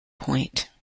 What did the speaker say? point